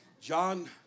John